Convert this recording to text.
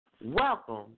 welcome